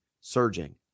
surging